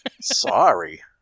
sorry